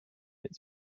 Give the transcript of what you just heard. its